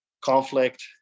conflict